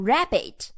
Rabbit